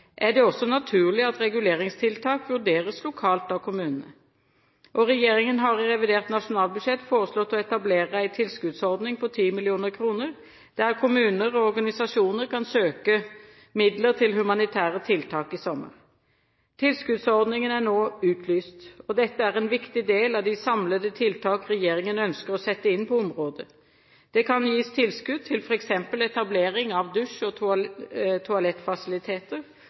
er det også naturlig at reguleringstiltak vurderes lokalt av kommunene. Regjeringen har i revidert nasjonalbudsjett foreslått å etablere en tilskuddsordning på 10 mill. kr, der kommuner og organisasjoner kan søke midler til humanitære tiltak i sommer. Tilskuddsordningen er nå utlyst, og dette er en viktig del av de samlede tiltak regjeringen ønsker å sette inn på området. Det kan gis tilskudd til f.eks. etablering av dusj- og toalettfasiliteter,